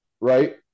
right